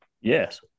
Yes